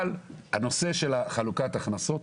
אבל הנושא של החלוקת הכנסות,